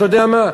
אתה יודע מה?